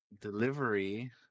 delivery